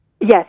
Yes